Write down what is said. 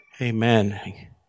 Amen